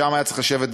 שם היה צריך לשבת,